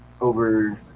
over